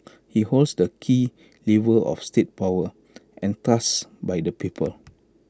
he holds the key levers of state power entrusted by the people